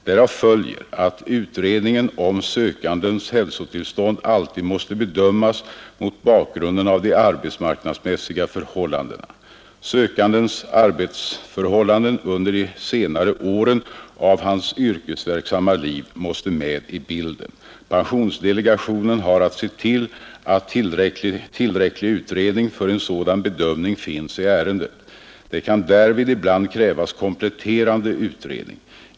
Därav följer att utredningen om sökandens hälsotillstånd alltid måste bedömas mot bakgrunden av de arbetsmarknadsmässiga förhällandena. Sökandens arbetsförhållanden under de senare ären av hans yrkesverksamma tid måste med i bilden. Pensionsdelegationen har att se till att tillräcklig utredning för en sådan bedömning finns i ärendet. Det kan därvid ibland krävas kompletterande utredning.